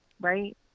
right